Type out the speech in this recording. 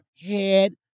head